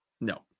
No